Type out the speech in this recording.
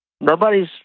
Nobody's